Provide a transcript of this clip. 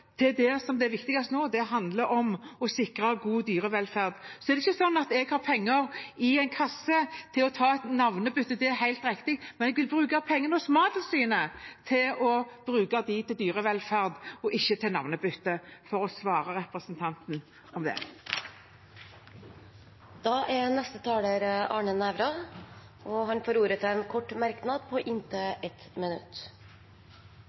det er viktigst nå, og det handler om å sikre god dyrevelferd. Det er ikke sånn at jeg har penger i kassen til å foreta et navnebytte. Det er helt rett. Jeg vil bruke pengene til Mattilsynet på dyrevelferd og ikke på et navnebytte – for å svare representanten på det. Representanten Arne Nævra har hatt ordet to ganger tidligere og får ordet til en kort merknad,